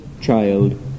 child